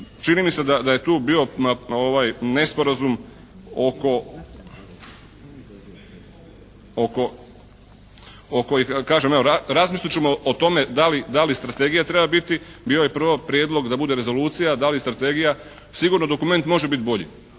čini mi se da je tu bio nesporazum oko, oko, kažem evo razmislit ćemo o tome da li strategija treba biti? Bio je prvo prijedlog da bude rezolucija. Da li strategija? Sigurno dokument može biti bolji.